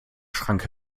schrank